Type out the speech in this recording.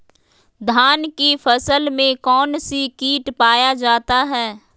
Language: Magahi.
धान की फसल में कौन सी किट पाया जाता है?